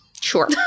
Sure